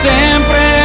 sempre